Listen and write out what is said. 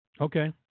Okay